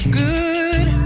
good